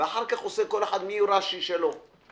ואחר כך בין רש"י שבוחר לו כל אחד.